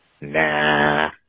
nah